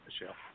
Michelle